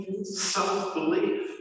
Self-belief